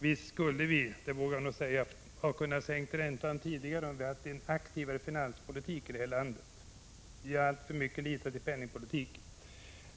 Visst skulle vi, det vågar jag nog säga, ha kunnat sänka räntan tidigare om vi hade haft en aktivare finanspolitik i det här landet. Vi har alltför mycket litat till penningpolitik.